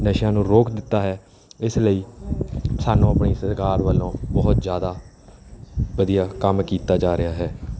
ਨਸ਼ਿਆਂ ਨੂੰ ਰੋਕ ਦਿੱਤਾ ਹੈ ਇਸ ਲਈ ਸਾਨੂੰ ਆਪਣੀ ਸਰਕਾਰ ਵੱਲੋਂ ਬਹੁਤ ਜ਼ਿਆਦਾ ਵਧੀਆ ਕੰਮ ਕੀਤਾ ਜਾ ਰਿਹਾ ਹੈ